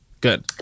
good